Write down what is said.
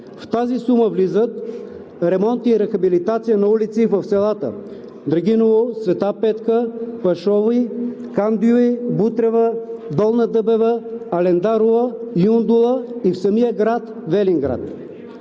В тази сума влиза ремонтът и рехабилитацията на улици в селата Драгиново, Света Петка, Пашови, Кандови, Бутрева, Долна Дъбева, Алендарова, Юндола и самия Велинград.